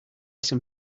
some